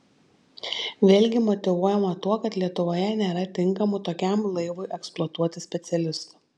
vėlgi motyvuojama tuo kad lietuvoje nėra tinkamų tokiam laivui eksploatuoti specialistų